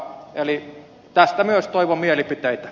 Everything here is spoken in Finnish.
eli tästä myös toivon mielipiteitä